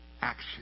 action